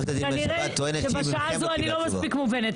כנראה שבשעה הזו אני לא מספיק מובנת.